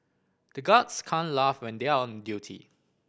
the guards can't laugh when they are on duty